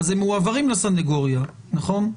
אז הם מועברים לסנגוריה, נכון?